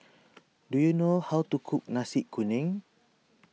do you know how to cook Nasi Kuning